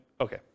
Okay